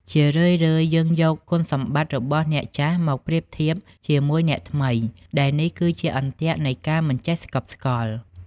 ជារឿយៗ យើងយកគុណសម្បត្តិរបស់អ្នកចាស់មកប្រៀបធៀបជាមួយអ្នកថ្មី ដែលនេះគឺជាអន្ទាក់នៃការមិនចេះស្កប់ស្កល់។